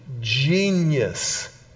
genius